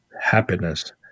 happiness